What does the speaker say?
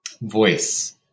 voice